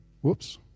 whoops